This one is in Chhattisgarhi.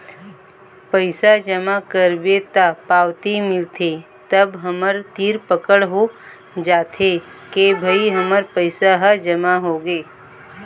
पइसा जमा करबे त पावती मिलथे तब हमर तीर पकड़ हो जाथे के भई हमर पइसा ह जमा होगे